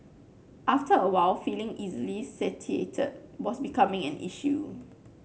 after a while feeling easily satiated was becoming an issue